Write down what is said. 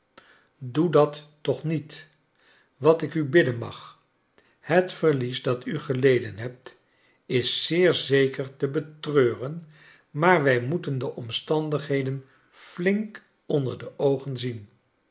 doe dat toch niet wat ik xx bidden mag het verlies dat u geleden hebt is zeer zeker te botreuren maar wij moeten de omstandigheden fiink onder de oogen zien